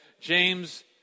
James